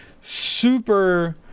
super